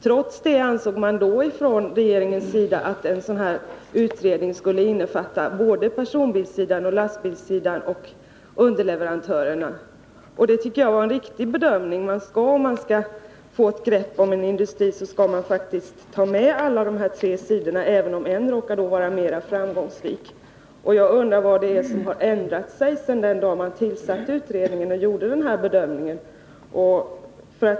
Trots det ansåg man från regeringens sida att den utredning det här gäller skulle innefatta såväl personbilssidan och lastbilssidan som underleverantörerna. Det tycker jag var en riktig bedömning. För att få ett grepp om en industri måste man faktiskt ta med alla områden, även om ett råkar vara mera framgångsrikt. Jag undrar vad det är som har ändrats sedan den dagen då utredningen tillsattes och man gjorde den här bedömningen.